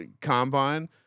combine